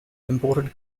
imported